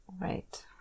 Right